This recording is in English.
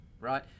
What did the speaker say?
right